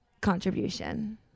contribution